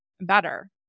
better